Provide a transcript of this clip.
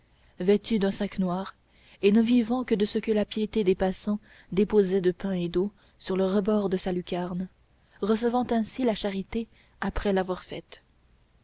vêtue d'un sac noir et ne vivant que de ce que la pitié des passants déposait de pain et d'eau sur le rebord de sa lucarne recevant ainsi la charité après l'avoir faite